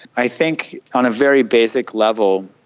i think on a very basic level,